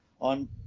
on